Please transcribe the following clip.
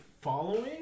following